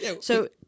So-